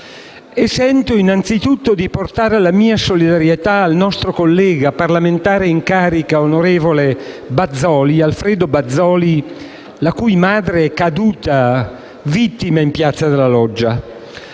e sento anzitutto di portare la mia solidarietà al nostro collega, parlamentare in carica, onorevole Alfredo Bazoli, la cui madre è caduta in piazza della Loggia.